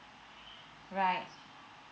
right